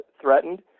threatened